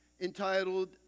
entitled